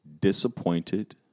disappointed